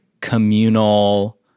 communal